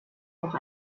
noch